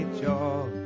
job